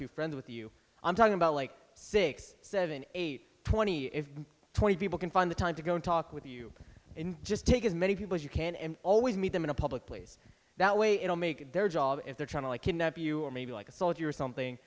two friends with you i'm talking about like six seven eight twenty twenty people can find the time to go and talk with you and just take as many people as you can and always meet them in a public place that way it'll make their job if they're trying to like kidnap you or maybe like a soldier or something